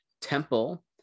temple